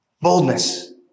boldness